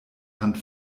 hand